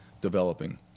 developing